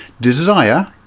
desire